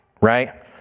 Right